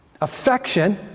Affection